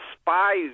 spies –